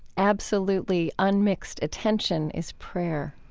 absolutely unmixed attention is prayer.